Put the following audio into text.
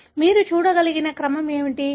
కాబట్టి మీరు చూడగలిగే క్రమం ఏమిటి